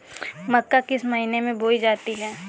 मक्का किस महीने में बोई जाती है?